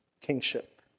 kingship